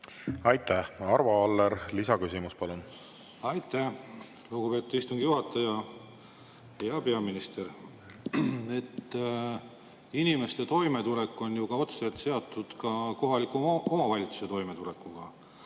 Aitäh! Arvo Aller, lisaküsimus, palun! Aitäh, lugupeetud istungi juhataja! Hea peaminister! Inimeste toimetulek on ju otseselt seotud ka kohaliku omavalitsuse toimetulekuga.